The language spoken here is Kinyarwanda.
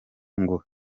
ngo